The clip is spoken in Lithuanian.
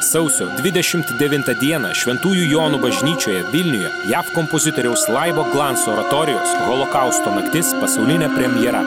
sausio dvidešimt devintą dieną šventųjų jonų bažnyčioje vilniuje jav kompozitoriaus laibo glanso oratorijos holokausto naktis pasaulinė premjera